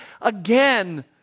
again